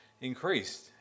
increased